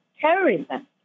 terrorism